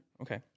okay